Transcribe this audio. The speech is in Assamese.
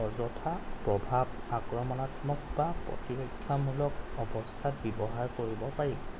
অযথা প্ৰভাৱ আক্ৰমণাত্মক বা প্ৰতিৰক্ষামূলক অৱস্থাত ব্যৱহাৰ কৰিব পাৰি